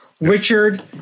Richard